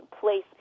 place